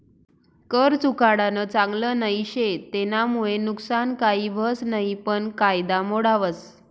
कर चुकाडानं चांगल नई शे, तेनामुये नुकसान काही व्हस नयी पन कायदा मोडावस